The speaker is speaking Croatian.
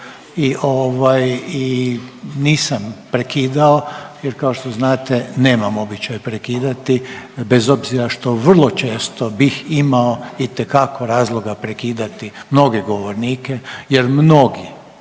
i nisam prekidao jer kao što znate nemam običaj prekidati bez obzira što vrlo često bih imao itekako razloga prekidati mnoge govornike jer mnogi